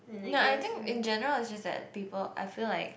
ya I think in general is just that people I feel like